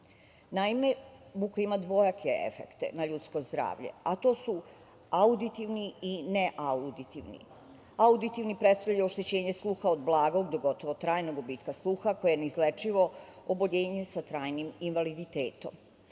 buka ima dvojake efekte na ljudsko zdravlje, a to su auditivni i ne auditivni. Auditivni predstavljaju oštećenje sluha od blagog do gotovo trajnog gubitka sluha koje je neizlečivo oboljenje sa trajnim invaliditetom.